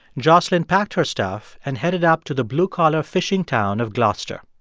jocelyn packed her stuff and headed up to the blue-collar fishing town of gloucester.